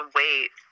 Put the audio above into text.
wait